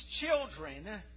children